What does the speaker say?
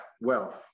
wealth